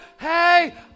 hey